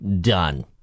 done